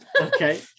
Okay